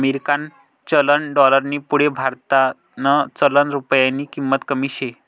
अमेरिकानं चलन डालरनी पुढे भारतनं चलन रुप्यानी किंमत कमी शे